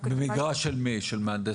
במגרש שלי מי של מהנדס העיר?